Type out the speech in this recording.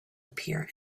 appear